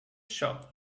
shop